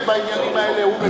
בעניינים האלה הוא מבין,